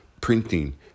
printing